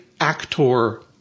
actor